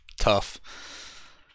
tough